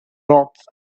rocks